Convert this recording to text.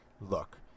look